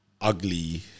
ugly